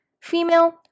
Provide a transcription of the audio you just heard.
female